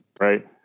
right